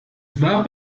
dwa